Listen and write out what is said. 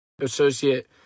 associate